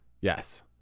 Yes